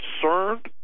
concerned